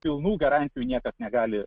pilnų garantijų niekas negali